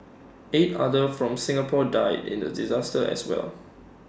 eight other from Singapore died in the disaster as well